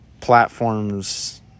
platforms